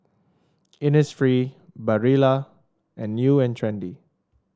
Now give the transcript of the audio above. Innisfree Barilla and New And Trendy